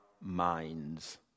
minds